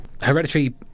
Hereditary